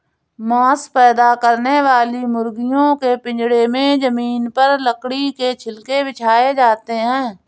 मांस पैदा करने वाली मुर्गियों के पिजड़े में जमीन पर लकड़ी के छिलके बिछाए जाते है